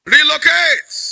Relocate